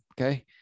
okay